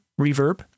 reverb